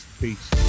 Peace